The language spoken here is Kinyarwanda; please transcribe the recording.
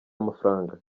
amafranga